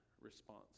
response